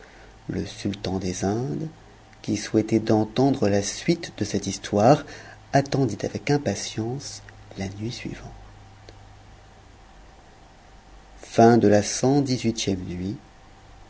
le sultan des indes qui souhaitait d'entendre la suite de cette histoire attendit avec impatience la nuit suivante cxix nuit